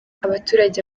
abaturage